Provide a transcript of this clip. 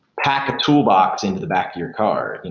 pack a toolbox in the back of your car. and